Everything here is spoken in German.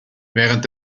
während